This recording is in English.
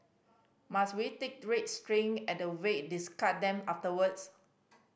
must we take red string at the wake discard them afterwards